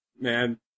Man